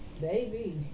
baby